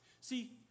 See